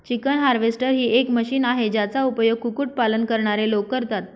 chicken harvester ही एक machine आहे, ज्याचा उपयोग कुक्कुट पालन करणारे लोक करतात